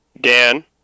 Dan